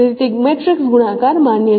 તેથી તે મેટ્રિક્સ ગુણાકાર માન્ય છે